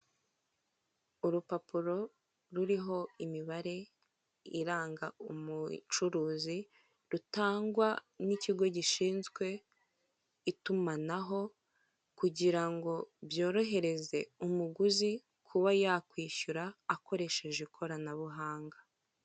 Urupapuro ruriho imibare iranga umucuruzi rutangwa n'ikigo gishinzwe itumanaho kugira ngo byorohereze umuguzi, kuba yakwishyura akoresheje ikoranabuhanga.